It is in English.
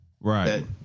Right